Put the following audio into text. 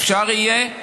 אפשר יהיה,